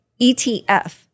ETF